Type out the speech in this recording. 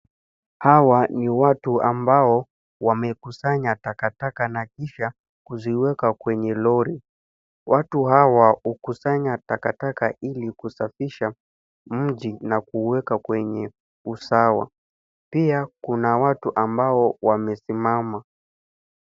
Hawa ni watu ambao wamekusanya takataka na kisha kuziweka kwenye lori. Watu hawa hukusanya takataka ili kusafisha mji na kuuweka kwenye usawa. Pia, kuna watu ambao wamesimama.